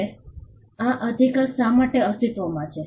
હવે આ અધિકાર શા માટે અસ્તિત્વમાં છે